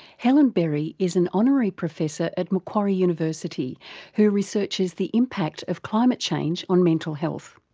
helen berry is an honorary professor at macquarie university who researchers the impact of climate change on mental health.